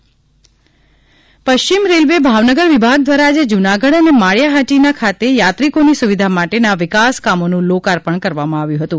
પશ્ચિમ રેલવે ભાવનગર પશ્ચિમ રેલવે ભાવનગર વિભાગ દ્વારા આજે જૂનાગઢ અને માળિયા હાટિના ખાતે યાત્રીકોની સુવિધા માટેના વિકાસ કામોનું લોકાર્પણ પણ કરવામાં આવ્યું હતું